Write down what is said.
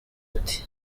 ati